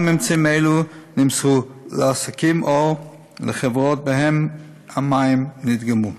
גם ממצאים אלו נמסרו לעסקים או לחברות שבהם המים נדגמו.